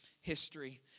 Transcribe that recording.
history